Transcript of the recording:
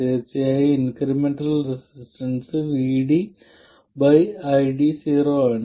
തീർച്ചയായും incremental resistance Vt ID0 ആണ്